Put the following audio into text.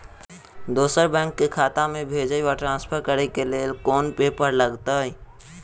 दोसर बैंक केँ खाता मे भेजय वा ट्रान्सफर करै केँ लेल केँ कुन पेपर लागतै?